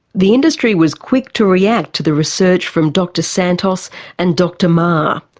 the industry was quick to react to the research from dr santos and dr maher.